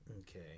Okay